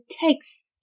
takes